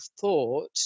thought